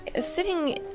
sitting